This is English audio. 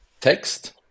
text